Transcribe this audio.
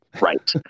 Right